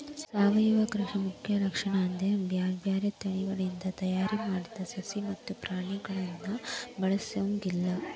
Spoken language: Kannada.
ಸಾವಯವ ಕೃಷಿ ಮುಖ್ಯ ಲಕ್ಷಣ ಅಂದ್ರ ಬ್ಯಾರ್ಬ್ಯಾರೇ ತಳಿಗಳಿಂದ ತಯಾರ್ ಮಾಡಿದ ಸಸಿ ಮತ್ತ ಪ್ರಾಣಿಗಳನ್ನ ಬಳಸೊಂಗಿಲ್ಲ